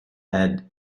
had